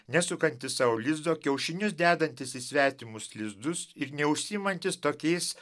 nesukantis sau lizdo kiaušinius dedantys į svetimus lizdus ir neužsiimantis tokiais